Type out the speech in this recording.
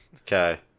Okay